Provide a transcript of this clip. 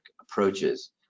approaches